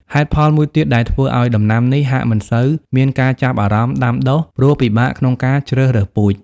ហេតុផលមួយទៀតដែលធ្វើឲ្យដំណាំនេះ ហាក់មិនសូវមានការចាប់អារម្មណ៍ដាំដុះ ព្រោះពិបាកក្នុងការជ្រើសរើសពូជ។